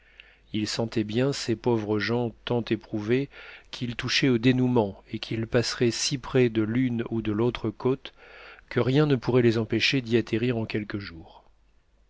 ils sentaient bien ces pauvres gens tant éprouvés qu'ils touchaient au dénouement et qu'ils passeraient si près de l'une ou de l'autre côte que rien ne pourrait les empêcher d'y atterrir en quelques jours